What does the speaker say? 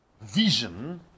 vision